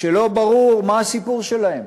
שלא ברור מה הסיפור שלהם.